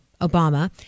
Obama